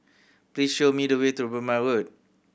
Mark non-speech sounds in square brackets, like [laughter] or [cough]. please show me the way to [unintelligible] Road